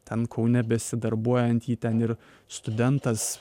ten kaune besidarbuojant jį ten ir studentas